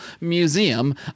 museum